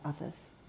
others